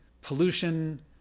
pollution